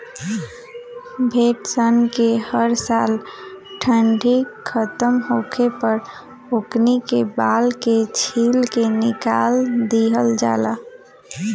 भेड़ सन के हर साल ठंडी खतम होखे पर ओकनी के बाल के छील के निकाल दिहल जाला